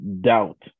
doubt